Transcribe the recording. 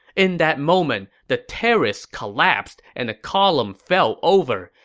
in that moment, the terrace collapsed, and the column fell over,